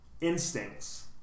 instincts